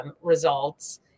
results